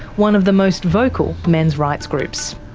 one of the most vocal men's rights groups.